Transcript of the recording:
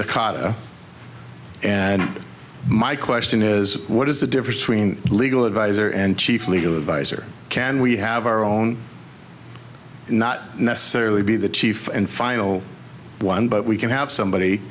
cobb and my question is what is the difference between legal adviser and chief legal advisor can we have our own not necessarily be the chief and final one but we can have somebody